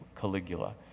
Caligula